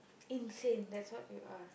insane that's what you are